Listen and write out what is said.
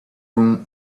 room